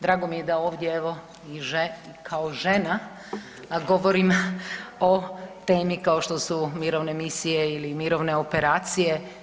Drago mi je da ovdje evo i kao žena govorim o temi kao što su mirovine misije ili mirovine operacije.